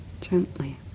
gently